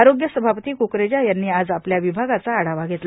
आरोग्य सभापती क्करेजा यांनी आज आपल्या विभागाचा आढावा घेतला